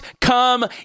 come